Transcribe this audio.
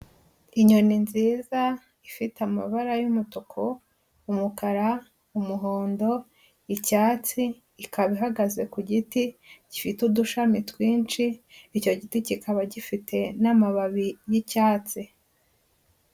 Inyoni nziza ifite amabara y'umutuku, umukara umuhondo, icyatsi, ikaba ihagaze ku giti gifite udushami twinshi, icyo giti kikaba gifite n'amababi y'icyatsi.